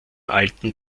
alten